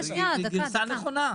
היא גרסה נכונה.